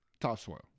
topsoil